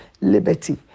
liberty